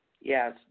Yes